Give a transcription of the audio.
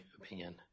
opinion